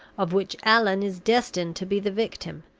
of which allan is destined to be the victim,